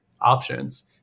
options